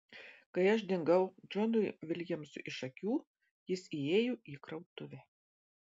kai aš dingau džonui viljamsui iš akių jis įėjo į krautuvę